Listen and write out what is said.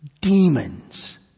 demons